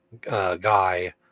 guy